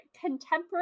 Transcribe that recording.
Contemporary